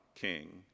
king